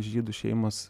žydų šeimos